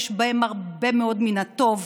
יש בהם הרבה מאוד מן הטוב,